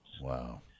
wow